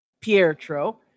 Pietro